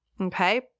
okay